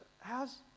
how's